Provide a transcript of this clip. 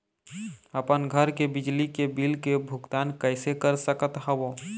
अपन घर के बिजली के बिल के भुगतान कैसे कर सकत हव?